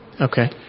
Okay